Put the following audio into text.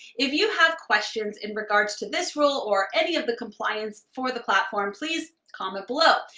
if you have questions in regards to this rule or any of the compliance for the platforms, please comment below.